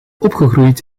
opgegroeid